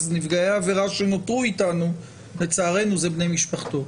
אז נפגעי העבירה שנותרו איתנו הם בני משפחתו.